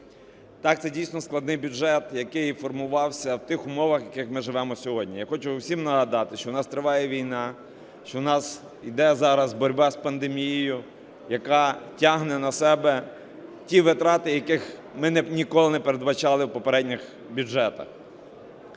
Так, це дійсно складний бюджет, який формувався в тих умовах, в яких ми живемо сьогодні. Я хочу сьогодні всім нагадати, що у нас триває війна, що у нас йде зараз боротьба з пандемією, яка тягне на себе ті витрати, яких ми ніколи не передбачали в попередніх бюджетах.